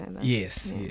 yes